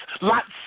lots